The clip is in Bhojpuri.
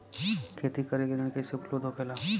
खेती करे के ऋण कैसे उपलब्ध होखेला?